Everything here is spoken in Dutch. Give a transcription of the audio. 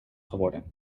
geworden